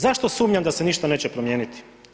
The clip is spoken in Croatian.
Zašto sumnjam da se ništa neće promijeniti?